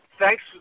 Thanks